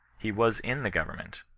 he was in the government.